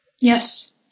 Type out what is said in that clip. Yes